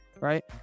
right